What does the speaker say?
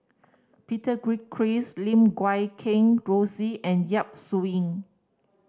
Peter Gilchrist Lim Guat Kheng Rosie and Yap Su Yin